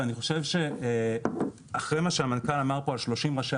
ואני חושב שאחרי מה שהמנכ"ל אמר פה על 30 ראשי